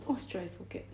what's dry socket